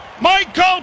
Michael